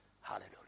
Hallelujah